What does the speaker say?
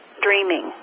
dreaming